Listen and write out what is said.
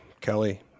Kelly